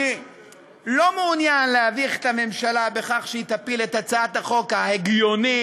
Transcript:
אני לא מעוניין להביך את הממשלה בכך שהיא תפיל את הצעת החוק ההגיונית,